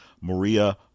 Maria